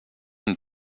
une